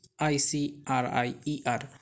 ICRIER